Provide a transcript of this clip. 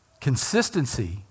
Consistency